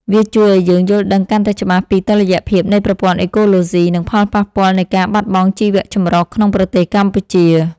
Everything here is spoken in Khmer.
វាជួយឱ្យយើងយល់ដឹងកាន់តែច្បាស់ពីតុល្យភាពនៃប្រព័ន្ធអេកូឡូស៊ី និងផលប៉ះពាល់នៃការបាត់បង់ជីវៈចម្រុះក្នុងប្រទេសកម្ពុជា។